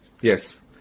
yes